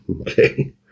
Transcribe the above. okay